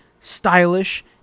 stylish